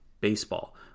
baseball